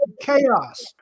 chaos